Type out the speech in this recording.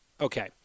Okay